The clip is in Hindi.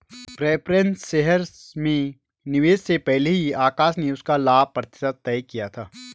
प्रेफ़रेंस शेयर्स में निवेश से पहले ही आकाश ने उसका लाभ प्रतिशत तय किया था